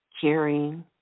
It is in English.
caring